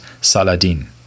Saladin